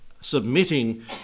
submitting